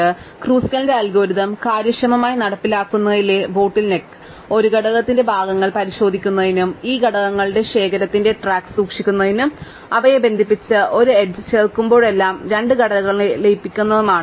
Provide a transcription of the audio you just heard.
അതിനാൽ ക്രുസ്കലിന്റെ അൽഗോരിതം കാര്യക്ഷമമായി നടപ്പിലാക്കുന്നതിലെ ബോട്ടിൽ നെക്ക് ഒരു ഘടകത്തിന്റെ ഭാഗങ്ങൾ പരിശോധിക്കുന്നതിനും ഈ ഘടകങ്ങളുടെ ശേഖരത്തിന്റെ ട്രാക്ക് സൂക്ഷിക്കുന്നതിനും അവയെ ബന്ധിപ്പിച്ച് ഒരു എഡ്ജ് ചേർക്കുമ്പോഴെല്ലാം രണ്ട് ഘടകങ്ങളെ ലയിപ്പിക്കുന്നതിനുമാണ്